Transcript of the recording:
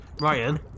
Ryan